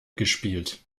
gespielt